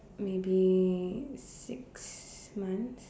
maybe six months